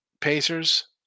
Pacers